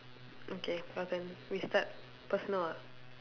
okay your turn we start personal ah